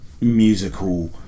musical